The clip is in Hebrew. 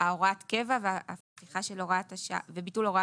הוראת הקבע וביטול הוראת השעה,